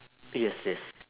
yes yes